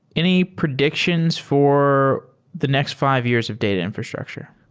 any predictions for the next five years of data infrastructure?